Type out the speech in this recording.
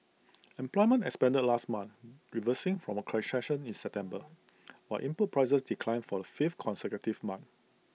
employment expanded last month reversing from A contraction in September while input prices declined for the fifth consecutive month